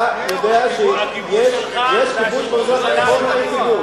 אתה יודע שיש כיבוש במזרח התיכון או אין כיבוש?